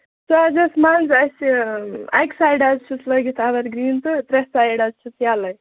تتھ منٛز اَسہِ یہِ اَکہِ سایڈٕ حظ چھُس لٲگِتھ اَیٚور گریٖن تہٕ ترٛےٚ سایڈس چھِس یَلے